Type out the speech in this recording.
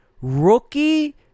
rookie